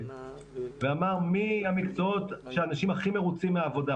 ואמר מה המקצועות שהאנשים הכי מרוצים מהעבודה,